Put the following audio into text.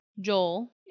Joel